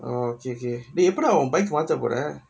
oh okay okay dey எப்படா உன்:eppadaa un bike க மாத்த போற:ke maatha pora